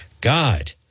God